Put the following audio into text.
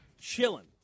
chilling